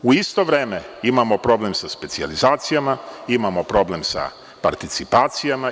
U isto vreme imamo problem sa specijalizacijama, imamo problem sa participacijama.